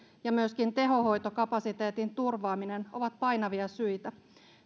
ja myöskin tehohoitokapasiteetin turvaaminen ovat painavia syitä